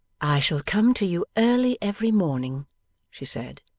i shall come to you early every morning she said,